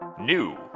New